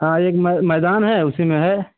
हाँ एक मैदान है उसी में है